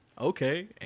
Okay